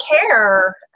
care